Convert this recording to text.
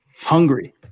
hungry